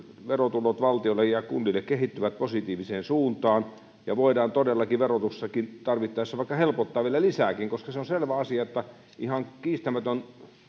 verotulot valtiolle ja kunnille kehittyvät positiiviseen suuntaan ja voidaan todellakin verotuksessakin tarvittaessa vaikka helpottaa vielä lisääkin koska se on selvä asia ihan kiistämätön